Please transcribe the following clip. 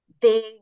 big